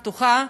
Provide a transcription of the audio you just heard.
פתוחה,